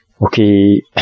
Okay